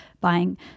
buying